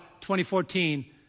2014